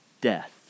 death